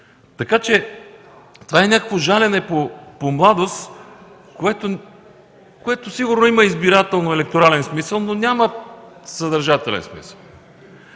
Това е някакво жалене по младост, което сигурно има избирателно-електорален смисъл, но няма съдържателен.